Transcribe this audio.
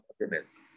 goodness